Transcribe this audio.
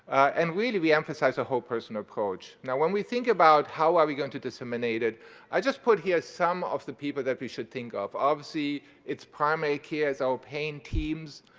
and really, we emphasize a whole person approach. now when we think about how are we going to disseminate it i just put here some of the people that we should think of. obviously, its primary care as our pain teams.